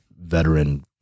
veteran